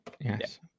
yes